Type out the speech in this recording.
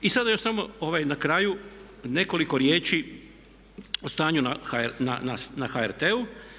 I sada još samo na kraju nekoliko riječi o stanju na HRT-u.